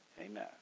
Amen